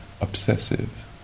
obsessive